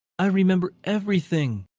i remember everything,